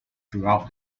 throughout